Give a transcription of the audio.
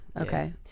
Okay